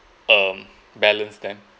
um balance them